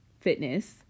fitness